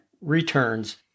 returns